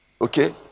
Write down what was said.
Okay